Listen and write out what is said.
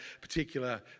particular